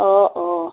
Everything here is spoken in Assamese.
অঁ অঁ